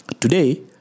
Today